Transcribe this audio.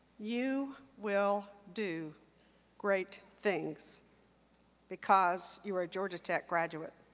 you will do great things because you're a georgia tech graduate,